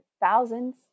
thousands